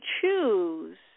choose